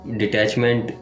detachment